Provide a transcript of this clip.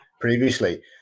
previously